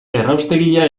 erraustegia